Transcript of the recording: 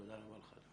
תודה רבה לך.